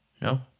No